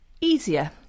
easier